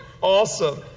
awesome